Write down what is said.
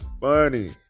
funny